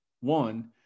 one